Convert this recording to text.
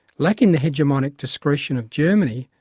lacking the hegemonic discretion of germany,